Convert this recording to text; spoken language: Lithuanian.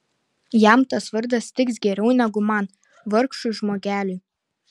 jam tas vardas tiks geriau negu man vargšui žmogeliui